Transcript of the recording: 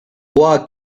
quoi